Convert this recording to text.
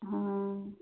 हाँ